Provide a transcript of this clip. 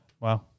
Wow